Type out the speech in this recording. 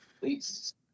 please